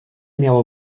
miało